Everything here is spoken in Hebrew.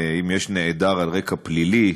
אם יש נעדר על רקע פלילי,